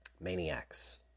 maniacs